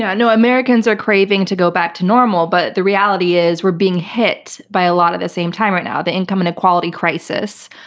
yeah. and americans are craving to go back to normal. but the reality is we're being hit by a lot at the same time right now, the income inequality crisis,